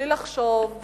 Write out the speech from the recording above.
בלי לחשוב,